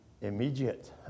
immediate